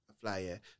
Flyer